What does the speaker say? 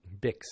Bix